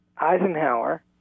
Eisenhower